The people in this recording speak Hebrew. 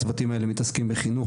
הצוותים האלה מתעסקים בחינוך,